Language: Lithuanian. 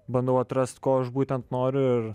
bandau atrast ko aš būtent noriu ir